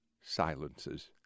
silences